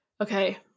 okay